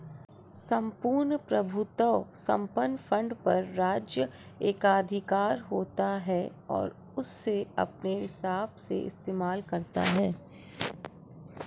सम्पूर्ण प्रभुत्व संपन्न फंड पर राज्य एकाधिकार होता है और उसे अपने हिसाब से इस्तेमाल करता है